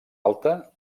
alta